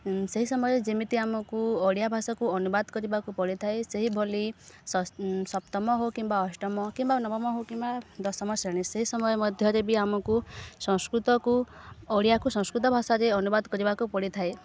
ସେହି ସମୟରେ ଯେମିତି ଆମକୁ ଓଡ଼ିଆ ଭାଷାକୁ ଅନୁବାଦ କରିବାକୁ ପଡ଼ିଥାଏ ସେହିଭଲି ସପ୍ତମ ହଉ କିମ୍ବା ଅଷ୍ଟମ କିମ୍ବା ନବମ ହଉ କିମ୍ବା ଦଶମ ଶ୍ରେଣୀ ସେହି ସମୟ ମଧ୍ୟରେ ବି ଆମକୁ ସଂସ୍କୃତକୁ ଓଡ଼ିଆକୁ ସଂସ୍କୃତ ଭାଷାରେ ଅନୁବାଦ କରିବାକୁ ପଡ଼ିଥାଏ